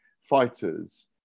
fighters